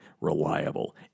reliable